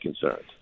concerns